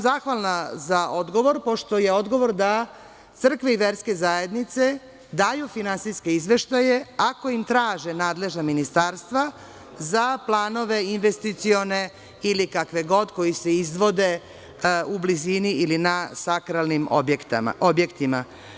Zahvalna sam za odgovor pošto je odgovor da crkve i verske zajednice daju finansijske izveštaje, ako im traže nadležna ministarstva za planove investicione ili kakve god, koji se izvode u blizini ili na sa sakralnim objektima.